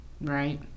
Right